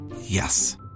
Yes